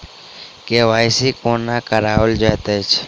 KYC कोना कराओल जाइत अछि?